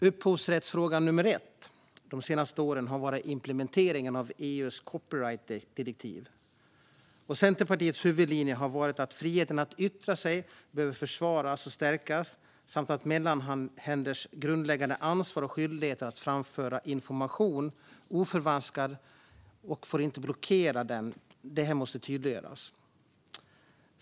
Upphovsrättsfrågan nummer ett de senaste åren har varit implementeringen av EU:s copyrightdirektiv. Centerpartiets huvudlinje har varit att friheten att yttra sig behöver försvaras och stärkas samt att mellanhänders grundläggande ansvar och skyldighet att framföra information oförvanskad och att den inte får blockeras måste tydliggöras.